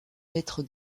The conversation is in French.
maître